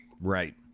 Right